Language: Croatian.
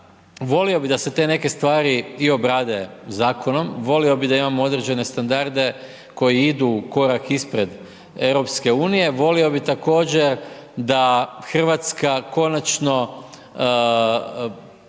volio bi da se te neke stvari i obrade zakonom, volio bih da imamo određene standarde koji idu korak ispred EU. Volio bih također da Hrvatska konačno